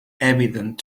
evident